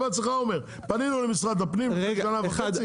אתה בעצמך אומר: פנינו למשרד הפנים לפני שנה וחצי.